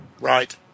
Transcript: Right